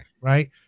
right